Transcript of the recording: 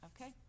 okay